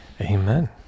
amen